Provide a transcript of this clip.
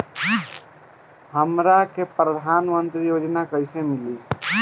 हमरा के प्रधानमंत्री योजना कईसे मिली?